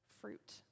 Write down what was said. fruit